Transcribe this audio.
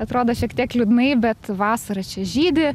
atrodo šiek tiek liūdnai bet vasarą čia žydi